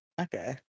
Okay